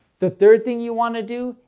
the third thing you want to do,